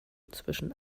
zwischen